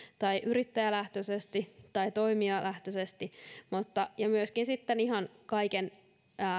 tai yrittäjälähtöisesti tai toimijalähtöisesti ja myöskin ihan kaiken